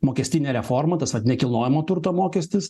mokestinė reforma tas vat nekilnojamo turto mokestis